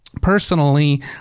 Personally